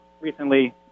recently